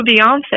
Beyonce